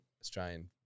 Australian